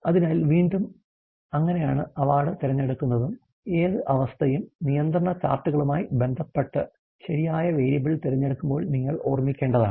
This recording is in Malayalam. അതിനാൽ വീണ്ടും അങ്ങനെയാണ് അവാർഡ് തിരഞ്ഞെടുക്കുന്നതും ഏത് അവസ്ഥയും നിയന്ത്രണ ചാർട്ടുകളുമായി ബന്ധപ്പെട്ട ശരിയായ വേരിയബിൾ തിരഞ്ഞെടുക്കുമ്പോൾ നിങ്ങൾ ഓർമ്മിക്കേണ്ടതാണ്